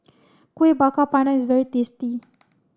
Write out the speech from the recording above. Kueh Bakar Pandan is very tasty